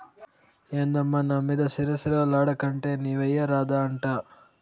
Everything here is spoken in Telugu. ఏందమ్మా నా మీద సిర సిర లాడేకంటే నీవెయ్యరాదా అంట